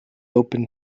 open